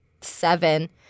seven